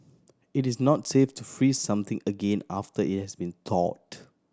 it is not safe to freeze something again after it has been thawed